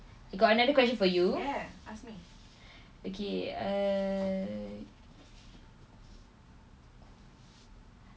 K got another question for you okay err